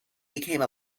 became